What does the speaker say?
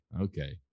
Okay